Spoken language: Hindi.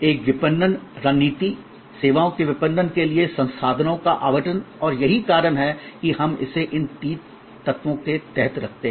एक विपणन रणनीति सेवाओं के विपणन के लिए संसाधनों का आवंटन और यही कारण है कि हम इसे इन तत्वों के तहत रखते हैं